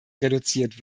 reduziert